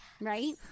Right